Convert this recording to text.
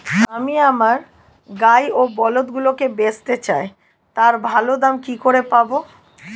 আমি আমার গাই ও বলদগুলিকে বেঁচতে চাই, তার ভালো দাম কি করে পাবো?